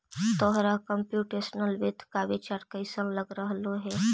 तोहरा कंप्युटेशनल वित्त का विचार कइसन लग रहलो हे